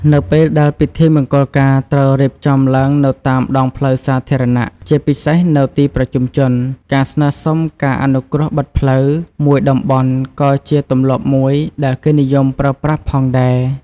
នៅពេលដែលពិធីមង្គលការត្រូវរៀបចំឡើងនៅតាមដងផ្លូវសាធារណៈ ជាពិសេសនៅទីប្រជុំជន ការ ស្នើសុំការអនុគ្រោះបិទផ្លូវ មួយតំបន់ក៏ជាទម្លាប់មួយដែលគេនិយមប្រើប្រាស់ផងដែរ។